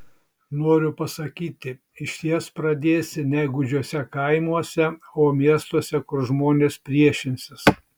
noriu pasakyti išties pradėsi ne gūdžiuose kaimuose o miestuose kur žmonės priešinsis